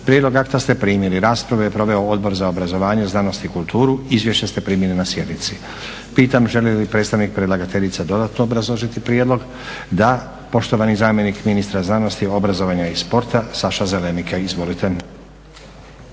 Prijedlog akta ste primili. Raspravu je proveo Odbor za obrazovanje, znanost i kulturu. Izvješća ste primili na sjednici. Pitam želi li predstavnik predlagateljice dodatno obrazložiti prijedlog? Da. Poštovani zamjenik ministra znanosti, obrazovanja i sporta, Saša Zelenika. Izvolite.